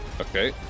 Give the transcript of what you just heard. Okay